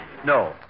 No